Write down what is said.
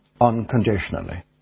unconditionally